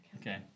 Okay